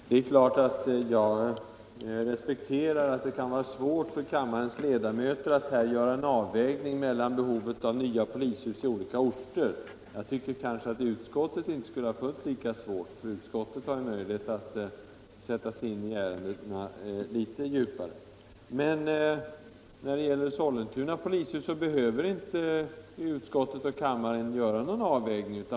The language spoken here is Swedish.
Fru talman! Det är klart att jag respekterar att det kan vara svårt för kammarens ledamöter att göra en avvägning mellan behovet av nya polishus på olika orter. Jag tror kanske att det inte skulle vara fullt lika svårt för utskottet. Utskottet skulle ha möjlighet att sätta sig in i detta litet djupare. Men när det gäller Sollentuna polishus behöver inte utskottet och kammarens ledamöter göra någon avvägning.